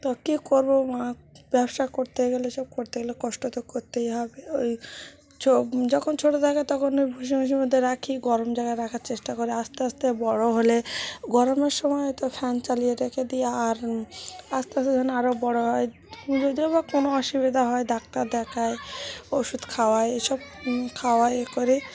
তো কী করব মা ব্যবসা করতে গেলে এসব করতে গেলে কষ্ট তো করতেই হবে ওই য যখন ছোট থাকে তখন ওই ভুসি মসির মধ্যে রাখি গরম জায়গায় রাখার চেষ্টা করি আস্তে আস্তে বড় হলে গরমের সময় তো ফ্যান চালিয়ে রেখে দিই আর আস্তে আস্তে যখন আরও বড় হয় যদিও বা কোনো অসুবিধা হয় ডাক্তার দেখাই ওষুধ খাওয়াই এসব খাওয়াই এ করি